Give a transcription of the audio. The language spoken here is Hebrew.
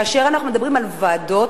כאשר אנו מדברים על ועדות,